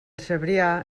cebrià